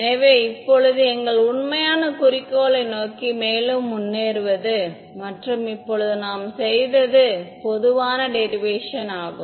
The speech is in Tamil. எனவே இப்போது எங்கள் உண்மையான குறிக்கோளை நோக்கி மேலும் முன்னேறுவது மற்றும் இப்போது நாம் செய்தது பொதுவான டெரிவேஷன் ஆகும்